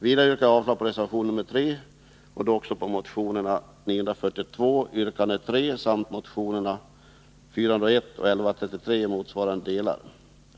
Vidare yrkar jag avslag på reservation 3 samt motionerna 1981 82:401 och 1981/82:1133 i motsvarande delar.